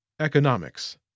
Economics